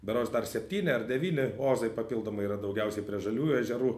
berods dar septyni ar devyni ozai papildomai yra daugiausiai prie žaliųjų ežerų